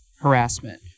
harassment